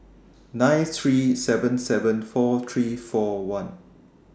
nine three seven seven four three four one